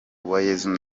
uwayezu